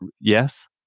Yes